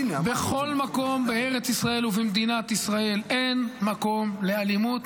בכל מקום בארץ ישראל ובמדינת ישראל אין מקום לאלימות,